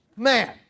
Man